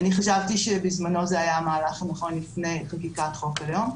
אני חשבתי שבזמנו זה היה המהלך הנכון לפני חקיקת חוק הלאום,